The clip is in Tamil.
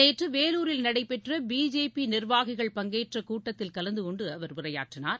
நேற்று வேலூரில் நடைபெற்ற பிஜேபி நிர்வாகிகள் பங்கேற்ற கூட்டத்தில் கலந்துகொண்டு அவர் உரையாற்றினார்